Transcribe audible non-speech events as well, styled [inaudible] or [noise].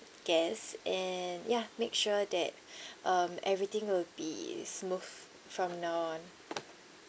guests and ya make sure that [breath] um everything will be smooth from now on